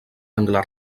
angle